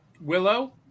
Willow